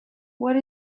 what